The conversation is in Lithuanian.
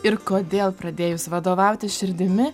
ir kodėl pradėjus vadovautis širdimi